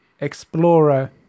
Explorer